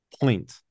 point